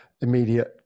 immediate